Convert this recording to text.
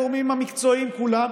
שנתמך על ידי הגורמים המקצועיים כולם,